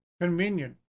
Convenient